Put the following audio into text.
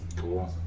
Cool